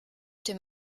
dem